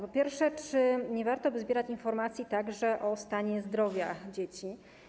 Po pierwsze, czy nie warto by zbierać informacji także o stanie zdrowia dzieci?